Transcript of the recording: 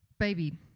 baby